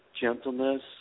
gentleness